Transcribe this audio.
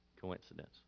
coincidence